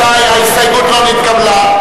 רבותי, ההסתייגות לא נתקבלה.